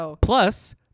plus